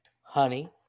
honey